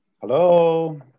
Hello